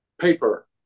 paper